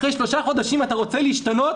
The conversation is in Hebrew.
אחרי שלושה חודשים אתה רוצה להשתנות?